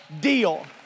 deal